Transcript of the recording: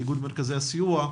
איגוד מרכזי הסיוע.